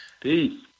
Peace